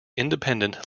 independent